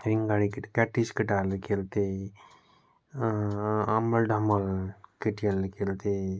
रिङगाडी केट क्याटिस केटाहरूले खेल्थे अम्मल डम्बल केटीहरूले खेल्थे